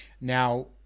now